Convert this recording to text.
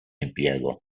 impiego